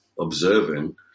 observing